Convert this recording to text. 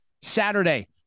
Saturday